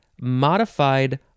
modified